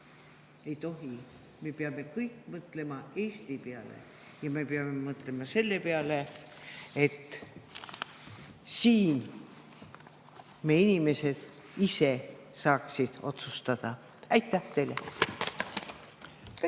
Ei tohi! Me peame kõik mõtlema Eesti peale ja me peame mõtlema selle peale, et meie inimesed siin ise saaksid otsustada. Aitäh teile!